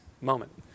moment